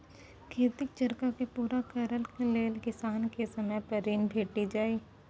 खेतीक खरचा पुरा करय लेल किसान केँ समय पर ऋण भेटि जाइए